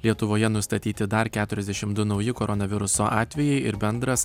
lietuvoje nustatyti dar keturiasdešimt du nauji koronaviruso atvejai ir bendras